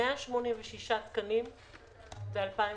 186 תקנים ב-2019,